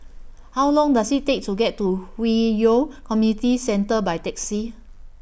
How Long Does IT Take to get to Hwi Yoh Community Centre By Taxi